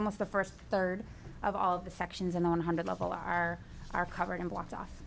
almost the first third of all the sections and on hundred level our are covered in blocked off